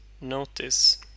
notice